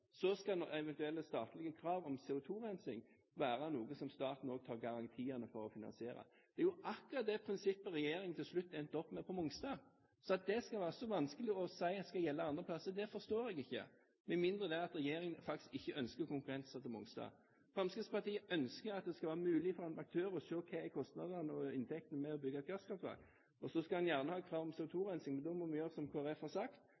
Så skal nå eventuelle statlige krav om CO2-rensing være noe som staten også tar garantiene for å finansiere. Det er jo akkurat det prinsippet regjeringen til slutt endte opp med på Mongstad – og at det skal være så vanskelig å si at det skal gjelde andre steder, forstår jeg ikke, med mindre regjeringen faktisk ikke ønsker konkurranse på Mongstad. Fremskrittspartiet ønsker at det skal være mulig for en aktør å se hva kostnadene og inntektene er med å bygge gasskraftverk, og så skal man gjerne ha krav om CO2-rensing. Men da må vi gjøre som Kristelig Folkeparti har sagt,